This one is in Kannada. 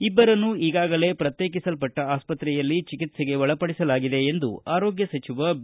ಇಬ್ಬರನ್ನು ಈಗಾಗಲೇ ಪ್ರತ್ಯೇಕಿಸಲ್ಲಟ್ಟ ಆಸ್ವತ್ತೆಯಲ್ಲಿ ಚಿಕಿತ್ಸೆಗೆ ಒಳಪಡಿಸಲಾಗಿದೆ ಎಂದು ಆರೋಗ್ಯ ಸಚಿವ ಬಿ